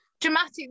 dramatic